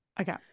Okay